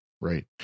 Right